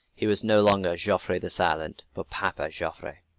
he was no longer joffre the silent, but papa joffre.